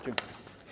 Dziękuję.